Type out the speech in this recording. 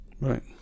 Right